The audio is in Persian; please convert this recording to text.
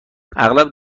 اغلب